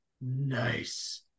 nice